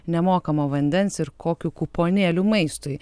nemokamo vandens kokiu kuponėliu maistui